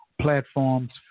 platforms